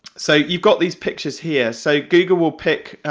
so you've got these pictures here, so google will pick,